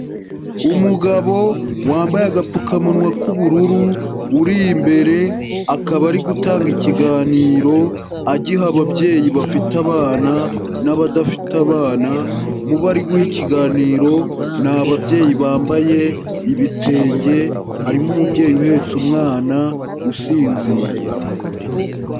Umugabo wambaye agapfukamunwa k'ubururu uri imbere akaba ari gutanga ikiganiro agiha ababyeyi bafite abana n'abadafite abana, mubo ari guha ikiganiro niababyeyi bambaye ibitenge harimo umubyeyi uhetse umwana usinziriye.